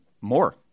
more